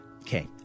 Okay